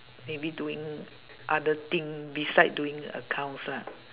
maybe doing other thing beside doing accounts lah